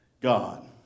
God